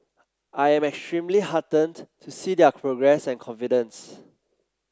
I am extremely heartened to see their progress and confidence